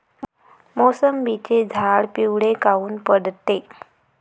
मोसंबीचे झाडं पिवळे काऊन पडते?